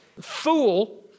fool